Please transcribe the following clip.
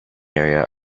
area